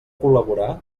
col·laborar